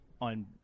on